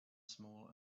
small